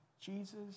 Jesus